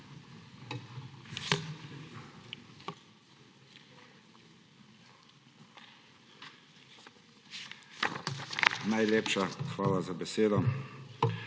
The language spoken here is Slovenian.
Najlepša hvala za besedo.